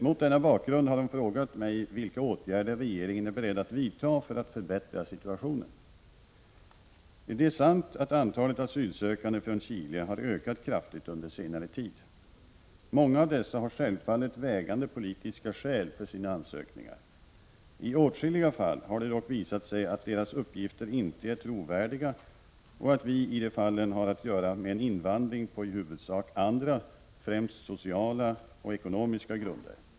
Mot denna bakgrund har hon frågat mig vilka åtgärder regeringen är beredd att vidta för att förbättra situationen. Det är sant att antalet asylsökande från Chile har ökat kraftigt under senare tid. Många av dessa har självfallet vägande politiska skäl för sina ansökningar. I åtskilliga fall har det dock visat sig att deras uppgifter inte är trovärdiga och att vi i de fallen har att göra med en invandring på i huvudsak andra, främst sociala och ekonomiska, grunder.